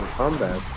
combat